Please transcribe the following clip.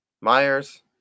Myers